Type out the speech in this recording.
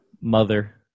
Mother